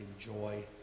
enjoy